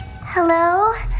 Hello